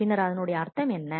பின்னர் அதனுடைய அர்த்தம் என்ன